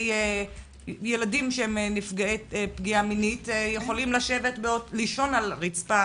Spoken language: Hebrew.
ילדים שהם נפגעי פגיעה מינית יכולים לישון על ריצפה,